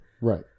Right